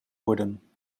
worden